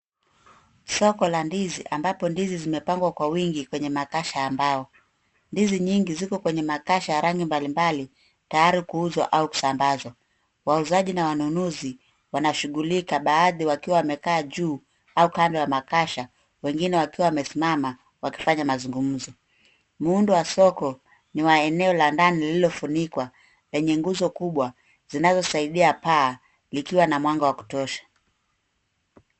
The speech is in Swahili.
Soko la ndizi ambapo ndizi zimepangwa kwa wingi kwenye makasha ya mbao. Ndizi nyingi ziko kwenye makasha ya rangi mbali mbali, tayari kuuzwa au kusambazwa. Wauzaji na wanunuzi, wanashughulika baadhi wakiwa wamekaa juu, au kando ya makasha, wengine wakiwa wamesimama wakifanya mazungumzo. Muundo wa soko, ni wa eneo la ndani lililofunikwa, yenye nguzo kubwa zinazosaidia paa likiwa na mwanga wa kutosha.